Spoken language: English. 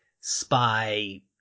spy